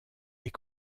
est